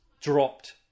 dropped